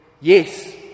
Yes